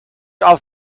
for